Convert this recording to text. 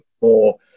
more